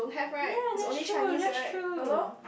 ye that's true that's true